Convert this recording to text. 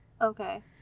Okay